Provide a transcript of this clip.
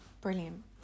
Brilliant